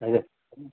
हजुर